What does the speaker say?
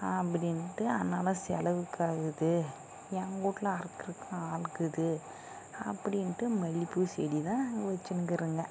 அப்படின்ட்டு அன்னாட செலவுக்காகுது எங்கள் வீட்டுல அறுக்கிறதுக்கு ஆள் இருக்குது அப்படின்ட்டு மல்லிகைப்பூ செடிதான் வெச்சுனுருக்குறோங்க